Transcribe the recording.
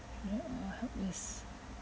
well helpless